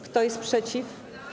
Kto jest przeciw?